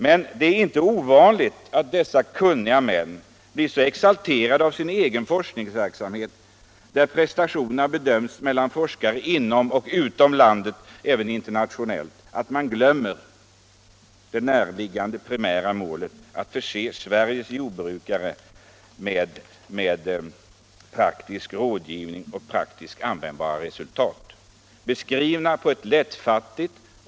Men det är inte ovanligt att dessa kunniga män blir så exalterade av sin egen forskningsverksamhet, där prestationerna bedöms mellan forskare inom och utom landet, att man glömmer det närliggande, primära målet, att förse Sveriges jordbrukare med praktisk rådgivning och praktiskt användbara resultat.